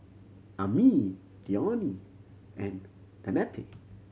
Ammie Dione and Danette